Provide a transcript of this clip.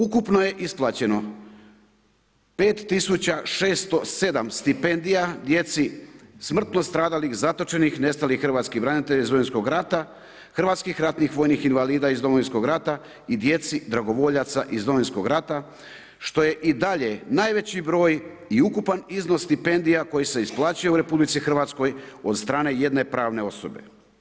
Ukupno je isplaćeno 5607 stipendija djeci smrtno stradalih, zatočenih, nestalih hrvatskih branitelja iz Domovinskog rata, hrvatskih ratnih vojnih invalida iz Domovinskog rata i djeci dragovoljaca iz Domovinskog rata, što je i dalje najveći broj i ukupan iznos stipendija koji se isplaćuje u RH od strane jedne pravne osobe.